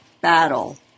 battle